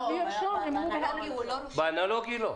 באנלוגי לא.